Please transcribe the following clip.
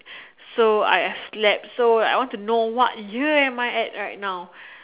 so I slept so I want to know what year am I at now